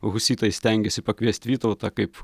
husitai stengėsi pakviest vytautą kaip